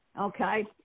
okay